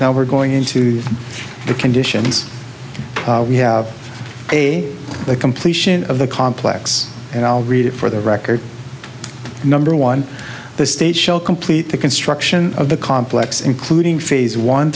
now we're going into the conditions we have a completion of the complex and i'll read it for the record number one the state shall complete the construction of the complex including phase one